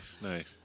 nice